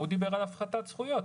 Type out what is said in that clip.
הוא דיבר על הפחתת זכויות.